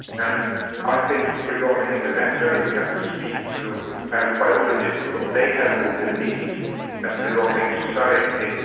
and i think regarding the latter, we have to speak to plant biologists because they have all the needs and regarding society,